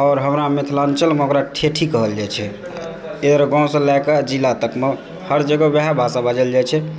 और हमरा मिथिलाञ्चलमे ओकरा ठेठही कहल जाइत छै गाँवसँ लए कऽ जिला तकमे हर जगह ओएह भाषा बाजल जाइत छै